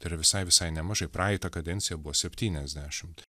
tai yra visai visai nemažai praeitą kadenciją buvo septyniasdešimt